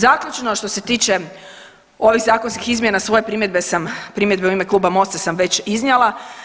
Zaključno što se tiče ovih zakonskih izmjena svoje primjedbe sam, primjedbe u ime kluba MOST-a sam već iznijela.